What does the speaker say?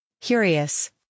curious